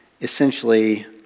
Essentially